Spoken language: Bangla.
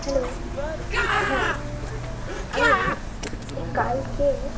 হ্যালো হ্যাঁ আমি এই কালকেই